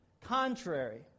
contrary